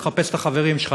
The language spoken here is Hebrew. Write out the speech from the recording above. תחפש את החברים שלך,